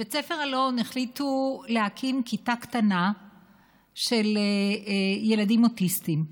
בבית ספר אלון החליטו להקים כיתה קטנה של ילדים אוטיסטים,